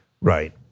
Right